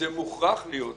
זה מוכרח להיות נדיר.